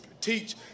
teach